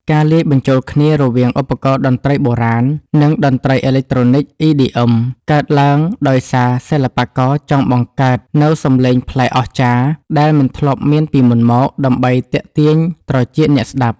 ការលាយបញ្ចូលគ្នារវាងឧបករណ៍តន្ត្រីបុរាណ និងតន្ត្រីអេឡិចត្រូនិក EDM កើតឡើងដោយសារសិល្បករចង់បង្កើតនូវសំឡេងប្លែកអស្ចារ្យ ដែលមិនធ្លាប់មានពីមុនមក ដើម្បីទាក់ទាញត្រចៀកអ្នកស្ដាប់។